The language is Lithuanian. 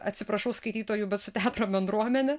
atsiprašau skaitytojų bet su teatro bendruomene